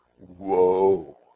whoa